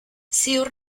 ziur